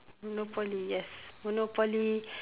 Monopoly yes Monopoly